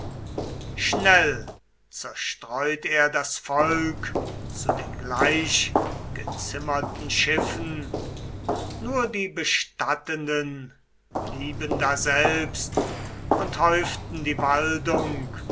schnell zerstreut er das volk zu den gleichgezimmerten schiffen nur die bestattenden blieben daselbst und häuften die waldung